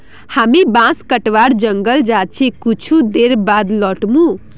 हामी बांस कटवा जंगल जा छि कुछू देर बाद लौट मु